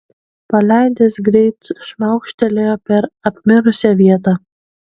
paleidęs greit šmaukštelėjo per apmirusią vietą